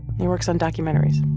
he works on documentaries